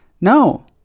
no